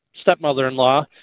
stepmother-in-law